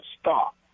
stop